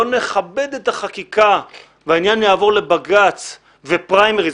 לא נכבד את החקיקה והעניין יעבור לבג"ץ ופריימריז,